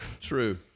true